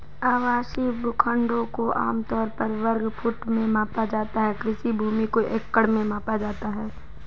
आवासीय भूखंडों को आम तौर पर वर्ग फुट में मापा जाता है, कृषि भूमि को एकड़ में मापा जाता है